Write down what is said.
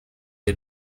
the